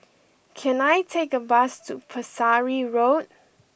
can I take a bus to Pesari Road